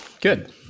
good